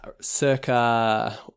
circa